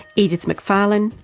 edith mcfarlane,